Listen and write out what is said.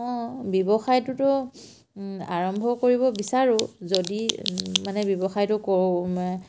অঁ ব্যৱসায়টোতো আৰম্ভ কৰিব বিচাৰোঁ যদি মানে ব্যৱসায়টো